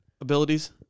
abilities